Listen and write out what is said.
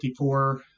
54